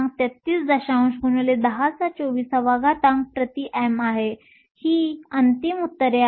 33 x 1024 m 3 आहे ही अंतिम उत्तरे आहेत